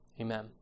Amen